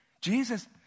Jesus